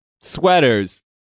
sweaters